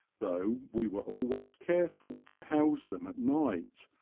though we were always careful to house them at night,